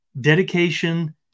dedication